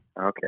Okay